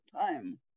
time